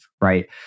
right